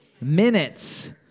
Minutes